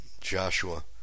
Joshua